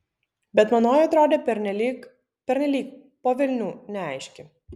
bet manoji atrodė pernelyg pernelyg po velnių neaiški